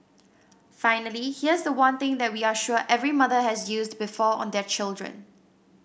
finally here's the one thing that we are sure every mother has used before on their children